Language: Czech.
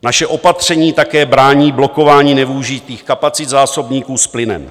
Naše opatření také brání blokování nevyužitých kapacit zásobníků s plynem.